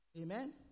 Amen